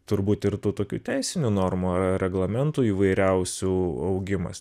turbūt ir tų tokių teisinių normų reglamentų įvairiausių augimas